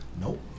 nope